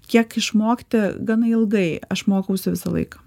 kiek išmokti gana ilgai aš mokausi visą laiką